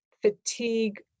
fatigue